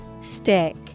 Stick